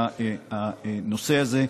הנושא הזה.